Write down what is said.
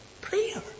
prayer